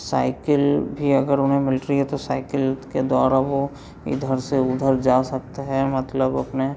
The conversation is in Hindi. क्योंकि साइकिल भी अगर उन्हें मिल रही है तो साइकिल के द्वारा वह इधर से उधर जा सकता है मतलब अपने